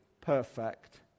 perfect